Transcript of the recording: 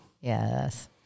Yes